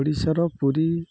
ଓଡ଼ିଶାର ପୁରୀ